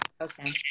Okay